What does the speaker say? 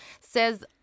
says